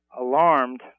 alarmed